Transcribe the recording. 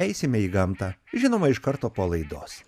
eisime į gamtą žinoma iš karto po laidos